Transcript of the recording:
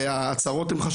הזאת?